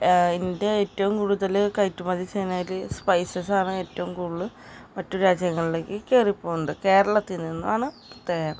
India ഏറ്റവും കൂടുതൽ കയറ്റുമതി ചെയ്യുന്നതിൽ സ്പൈസസാണ് ഏറ്റവും കൂടുതൽ മറ്റു രാജ്യങ്ങളിലേക്ക് കയറ്റി പോകുന്നത് കേരളത്തിൽ നിന്നാണ് പ്രത്യേകം